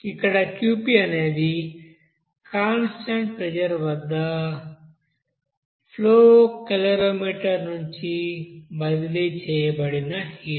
ఇక్కడ Qp అనేది constant pressure వద్ద ఫ్లో కేలరీమీటర్ నుండి బదిలీ చేయబడిన హీట్